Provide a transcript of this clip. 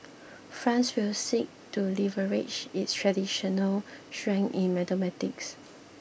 France will seek to leverage its traditional strength in mathematics